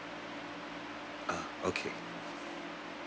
ah okay